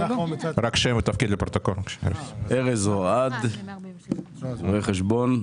אני ארז אורעד, רואה חשבון,